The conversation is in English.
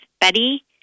Betty